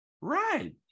Right